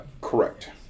Correct